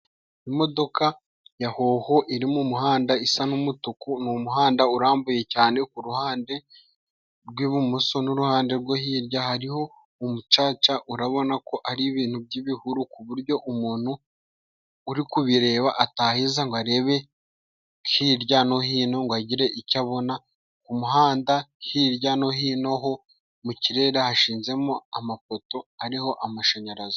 Imodoka ya hoho iri mu muhanda isa n'umutuku; ni umuhanda urambuye cyane ku ruhande rw'ibumoso n'uruhande rwo hirya hariho umucaca, urabonako ari ibintu by'ibihuru ku buryo umuntu uri kubireba ataheza ngo arebe hirya no hino ngo agire icyo abona .Ku muhanda hirya no hino ho mu kirere hashinzemo amapoto ariho amashanyarazi.